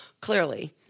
clearly